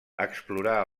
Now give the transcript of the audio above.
explorar